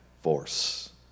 force